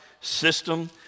system